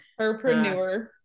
herpreneur